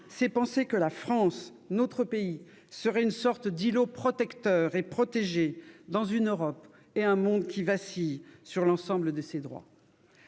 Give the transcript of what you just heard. c'est penser que la France serait une sorte d'îlot protecteur et protégé dans une Europe et un monde qui, concernant l'ensemble des droits